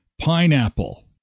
Pineapple